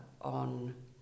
on